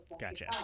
gotcha